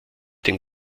den